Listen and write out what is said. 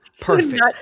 Perfect